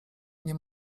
mnie